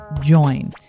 join